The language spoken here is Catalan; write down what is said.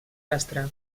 rastre